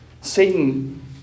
Satan